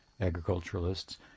agriculturalists